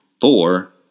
four